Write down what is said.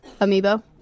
amiibo